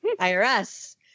IRS